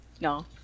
no